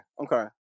okay